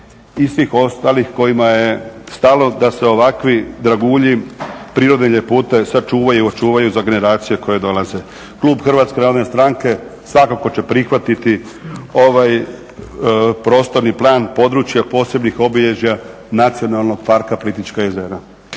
i svih ostalih kojima je stalo da se ovakvi dragulji, prirodne ljepote sačuvaju i očuvaju za generacije koje dolaze. Klub Hrvatske narodne stranke svakako će prihvatiti ovaj prostorni plan područja posebnih obilježja Nacionalnog parka Plitvička jezera.